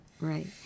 Right